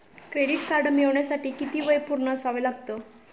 Credit card मिळवण्यासाठी किती वय पूर्ण असावे लागते?